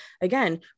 again